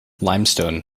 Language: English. limestone